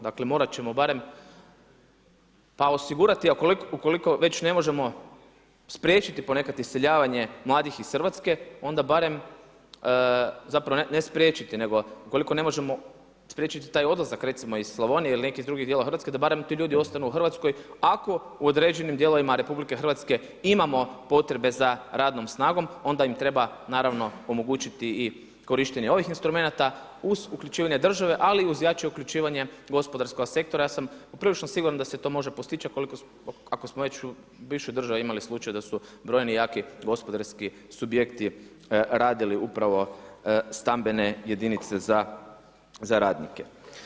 Dakle morat ćemo barem pa osigurati ukoliko već ne možemo spriječiti ponekad iseljavanje mladih iz Hrvatske, onda barem, zapravo ne spriječiti nego ukoliko ne možemo spriječiti taj odlazak recimo iz Slavonije ili nekih drugih dijelova Hrvatske, da barem ti ljudi ostanu u Hrvatskoj ako u određenim dijelovima RH imamo potrebe za radnom snagom onda im treba naravno omogućiti i korištenje ovih instrumenata uz uključivanje države ali i uz jače uključivanje gospodarskog sektora, ja sam ja sam poprilično siguran da se to može postići, ako smo već u bivšoj državi imali slučaj da su brojni jaki gospodarski subjekti radili upravo stambene jedinice za radnike.